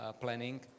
planning